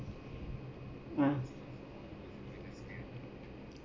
yeah